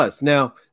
Now